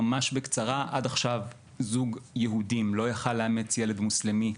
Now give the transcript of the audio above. ממש בקצרה עד עכשיו זוג יהודים לא יכול היה לאמץ ילד מוסלמי.